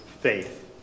faith